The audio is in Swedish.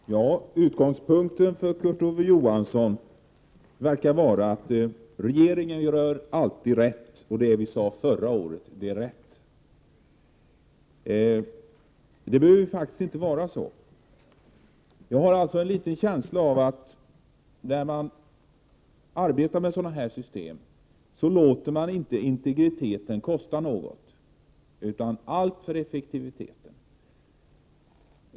Fru talman! Utgångspunkten för Kurt Ove Johansson verkar vara att regeringen gör alltid rätt och att det regeringen sade förra året är rätt. Det behöver faktiskt inte vara så. Jag har en känsla av att när man arbetar med dessa system låter man inte integriteten få kosta något. Allt är till för effektiviteten.